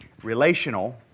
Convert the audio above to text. Relational